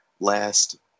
last